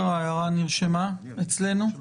אין